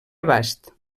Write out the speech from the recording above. abast